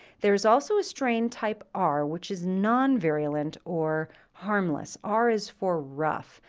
there's also a strain type r, which is non-virulent, or harmless. r is for rough.